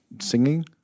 singing